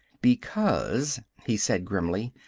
because, he said grimly,